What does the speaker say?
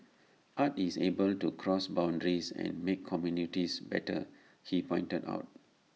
art is able to cross boundaries and make communities better he pointed out